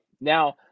Now